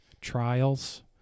trials